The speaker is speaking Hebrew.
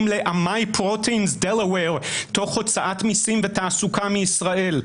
ל-אמאי פרוטאין דלוור תוך הוצאת מיסים ותעסוקה מישראל.